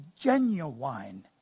genuine